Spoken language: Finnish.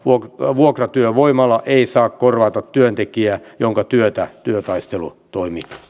vuokratyövoimalla ei saa korvata työntekijää jonka työtä työtaistelutoimi